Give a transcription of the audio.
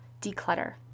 Declutter